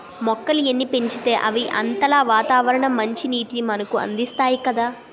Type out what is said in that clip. మొక్కలు ఎన్ని పెంచితే అవి అంతలా వాతావరణ మంచినీటిని మనకు అందిస్తాయి కదా